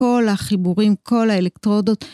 כל החיבורים, כל האלקטרודות.